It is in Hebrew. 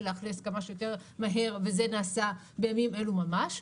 לאכלס כמה שיותר מהר וזה נעשה בימים אלו ממש,